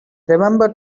remember